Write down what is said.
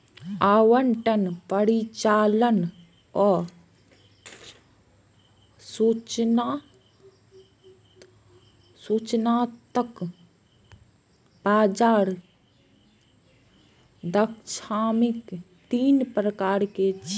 आवंटन, परिचालन आ सूचनात्मक बाजार दक्षताक तीन प्रकार छियै